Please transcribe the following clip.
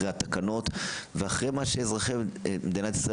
אחרי התקנות ואחרי מה שאזרחי מדינת ישראל